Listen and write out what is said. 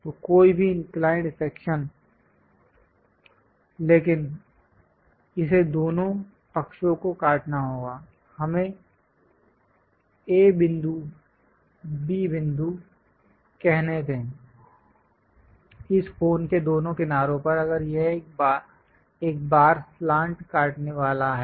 तो कोई भी इंक्लाइंड सेक्शन लेकिन इसे दोनों पक्षों को काटना होगा हमें A बिंदु B बिंदु कहने दे इस कोन के दोनों किनारों पर अगर यह एक बार स्लांट काटने वाला है